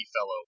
fellow